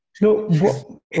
No